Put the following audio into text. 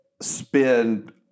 spend